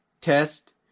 Test